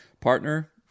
partner